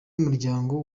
umuryango